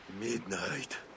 Midnight